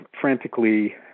frantically